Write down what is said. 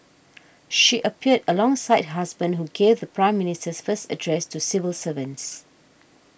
she appeared alongside her husband who gave the Prime Minister's first address to civil servants